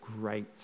great